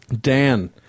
Dan